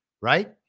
Right